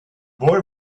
boy